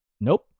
nope